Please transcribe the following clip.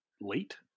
late